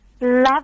love